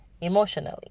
emotionally